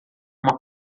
uma